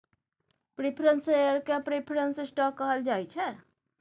preference share केँ preference stock कहल जाइ छै